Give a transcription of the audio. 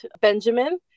Benjamin